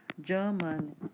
german